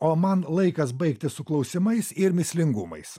o man laikas baigti su klausimais ir mįslingumais